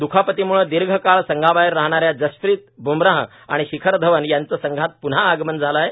दुखापतीम़ळे दीर्घ काळ संघाबाहेर राहणाऱ्या जसप्रित ब्मराह आणि शिखर धवन यांचं संघात प्न्हा आगमन झालं आहे